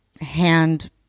hand